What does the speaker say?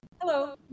Hello